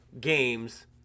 games